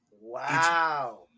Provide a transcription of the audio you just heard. wow